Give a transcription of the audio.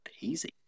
easy